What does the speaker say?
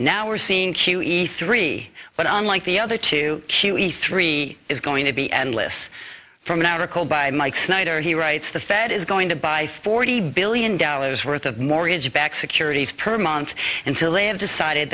we're seeing q e three but unlike the other two q e three is going to be endless from an article by mike snyder he writes the fed is going to buy forty billion dollars worth of mortgage backed securities per month until they have decided